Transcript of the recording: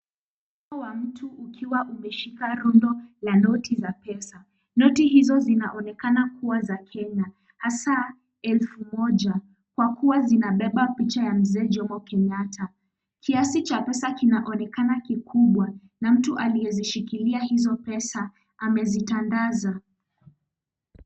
Mkono wa mtu ukiwa umeshika rundo la pesa ya kenya. Noti hizo zinaonekana kuwa za kenya hasa elfu moja kwa kuwa zinabeba picha ya mzee Jomo Kenyatta . Kiasi cha pesa kinaonekana kuwa kikubwa na mtu aliyezishikilia hizo pesa amezitandaza.